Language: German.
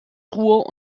ruhr